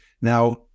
Now